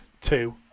two